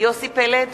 יוסי פלד,